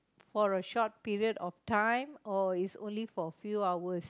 for a short period of time or is only for a few hours